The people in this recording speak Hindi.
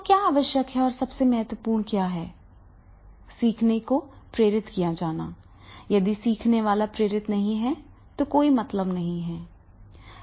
तो क्या आवश्यक है और सबसे महत्वपूर्ण है सीखने को प्रेरित किया जाना चाहिए यदि सीखने वाला प्रेरित नहीं है तो कोई मतलब नहीं है